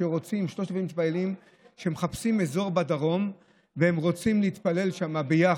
3,000 מתפללים שמחפשים אזור בדרום ורוצים להתפלל שם ביחד.